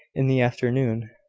in the afternoon,